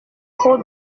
trop